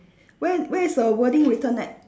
where where's the wording written at